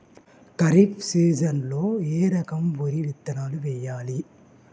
ఖరీఫ్ సీజన్లో ఏ రకం వరి విత్తనాలు వేయాలి?